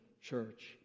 church